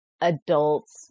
adults